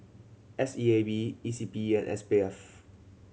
S E A B E C P and S P F